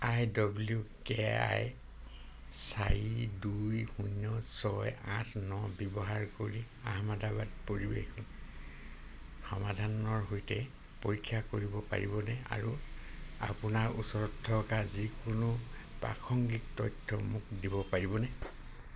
I W K I চাৰি দুই শূন্য ছয় আঠ ন ব্যৱহাৰ কৰি আহমেদাবাদ পৰিৱেশ সমাধানৰ সৈতে পৰীক্ষা কৰিব পাৰিবনে আৰু আপোনাৰ ওচৰত থকা যিকোনো প্ৰাসংগিক তথ্য মোক দিব পাৰিবনে